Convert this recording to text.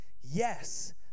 yes